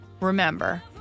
Remember